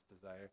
desire